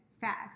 fat